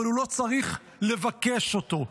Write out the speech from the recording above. אבל הוא לא צריך לבקש אותו.